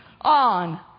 on